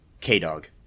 K-Dog